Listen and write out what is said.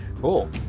Cool